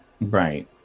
Right